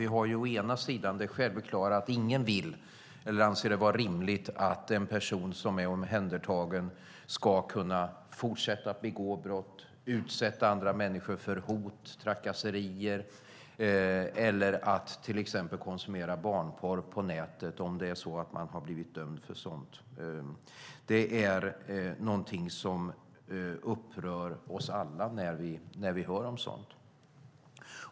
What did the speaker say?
Å ena sidan har vi det självklara att ingen vill eller anser det vara rimligt att en person som är omhändertagen ska kunna fortsätta att begå brott, utsätta andra människor för hot och trakasserier eller till exempel konsumera barnporr på nätet, om man har blivit dömd för sådant. Det upprör oss alla när vi hör om sådant.